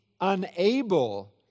unable